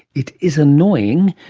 it is annoying,